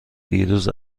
دیروز